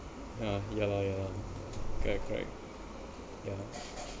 ah ya lah ya lah correct correct ya but